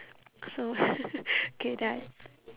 so okay done